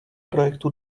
projektu